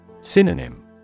Synonym